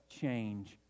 change